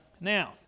Now